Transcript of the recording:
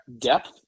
depth